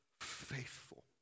faithful